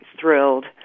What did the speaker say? thrilled